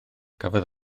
cafodd